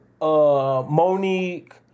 Monique